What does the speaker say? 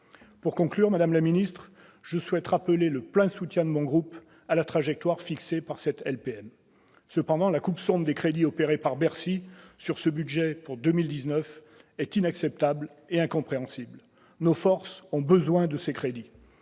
Pour conclure, madame la ministre, je souhaite rappeler le plein soutien de mon groupe à la trajectoire fixée par la loi de programmation militaire. Cependant, la coupe claire de crédits opérée par Bercy sur ce budget pour 2019 est inacceptable et incompréhensible. Nos forces ont besoin de ces crédits.